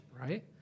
right